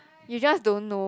you just don't know